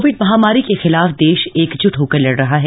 Covid महामारी के खिलाफ देश एकज्ट होकर लड़ रहा है